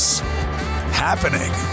Happening